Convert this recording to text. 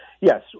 yes